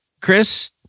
Chris